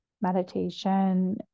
meditation